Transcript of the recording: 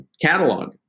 catalog